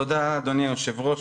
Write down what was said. תודה, אדוני היושב-ראש.